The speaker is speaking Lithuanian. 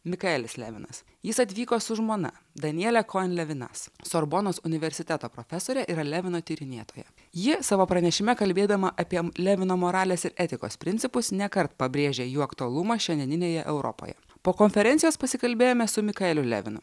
mikaelis levinas jis atvyko su žmona daniele koen levinas sorbonos universiteto profesore ir levino tyrinėtoja ji savo pranešime kalbėdama apie levino moralės ir etikos principus ne kart pabrėžia jų aktualumą šiandieninėje europoje po konferencijos pasikalbėjome su mikaeliu levinu